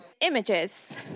Images